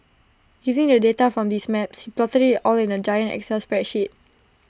using the data from these maps he plotted IT all in A giant excel spreadsheet